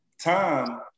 time